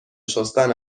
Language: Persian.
شستن